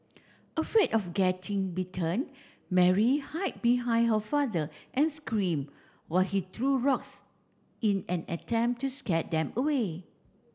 afraid of getting bitten Mary hide behind her father and scream while he threw rocks in an attempt to scare them away